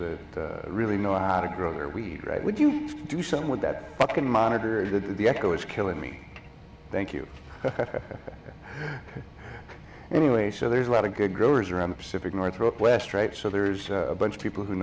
that really know how to grow their wheat right would you do something with that can monitor it the echo is killing me thank you anyway so there's a lot of good growers around the pacific northwest right so there's a bunch of people who